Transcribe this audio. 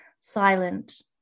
silent